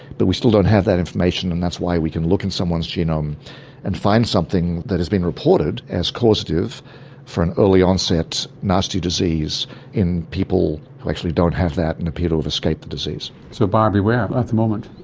but we still don't have that information and that's why we can look in someone's genome and find something that has been reported as causative for an early onset nasty disease in people who actually don't have that and appear to have escaped the disease. so buyer beware, at the moment.